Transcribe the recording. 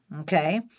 Okay